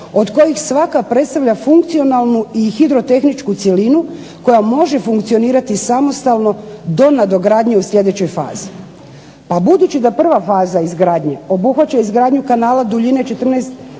od kojih svaka predstavlja funkcionalnu i hidrotehničku cjelinu koja može funkcionirati samostalno do nadogradnje u sljedećoj fazi. Pa budući da prva faza izgradnje obuhvaća izgradnju kanala duljine 14 772